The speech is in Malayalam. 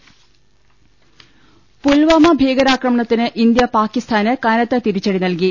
ൾ ൽ ൾ പുൽവാമ ഭീകരാക്രമണത്തിന് ഇന്ത്യ പാക്കിസ്ഥാന് കനത്ത തിരിച്ചടി നൽകി